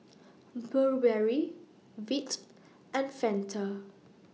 Burberry Veet and Fanta